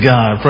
God